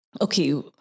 okay